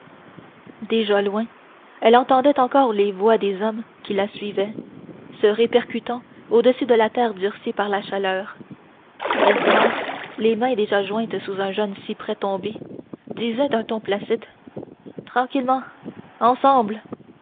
déjà loin elle entendait encore les voix des hommes qui la suivaient se répercutant au-dessus de la terre durcie par la chaleur esdras les mains déjà jointes sous un jeune cyprès tombé disait d'un ton placide tranquillement ensemble